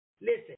Listen